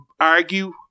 argue